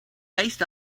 based